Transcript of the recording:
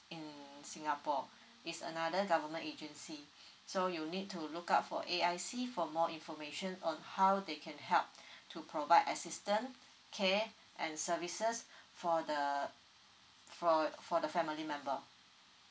in singapore it's another government agency so you need to look up for A_I_C for more information on how they can help to provide assistant care and services for the for for the family member